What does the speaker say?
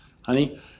honey